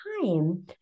time